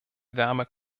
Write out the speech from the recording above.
wärme